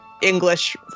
English